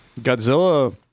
Godzilla